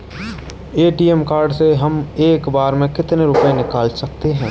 ATM card से हम एक बार में कितने रुपये निकाल सकते हैं?